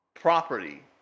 property